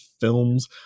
films